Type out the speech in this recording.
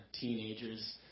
teenagers